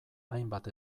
hainbat